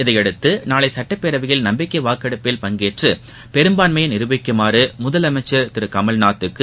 இதையடுத்து நாளை சட்டப்பேரவையில் நம்பிக்கை வாக்கெடுப்பில் பங்கேற்று பெரும்பான்மையை நிருபிக்குமாறு முதலமைச்சர் திரு கமல்நாத்துக்கு